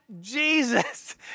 Jesus